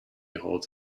holds